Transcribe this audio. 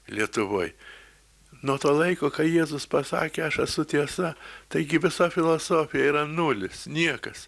lietuvoj nuo to laiko kai jėzus pasakė aš esu tiesa taigi visa filosofija yra nulis niekas